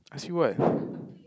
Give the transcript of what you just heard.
ask you what